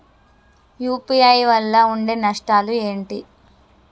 UPI వల్ల ఉండే నష్టాలు ఏంటి??